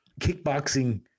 kickboxing